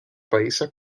países